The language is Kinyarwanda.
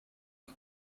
bwe